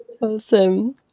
Awesome